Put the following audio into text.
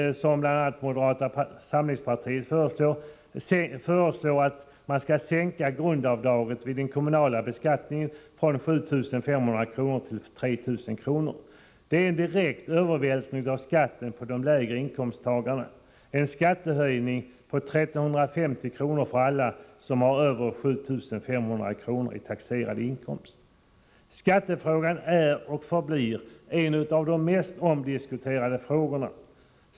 Att, 6 februari 1985 som moderaterna föreslår, sänka grundavdraget vid den kommunala beskattningen från 7 500 till 3 000 kr. är en direkt övervältring av skatten för de Allmänpolitisk lägre inkomsttagarna, en skattehöjning på 1 350 kr. för alla som har över — depatt 7 500 kr. i taxerad inkomst. Skattefrågan är och förblir en av de mest omdiskuterade frågorna.